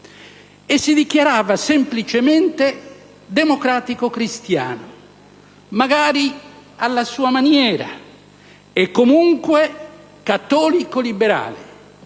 e si dichiarava semplicemente democratico cristiano, magari alla sua maniera e, comunque, cattolico liberale,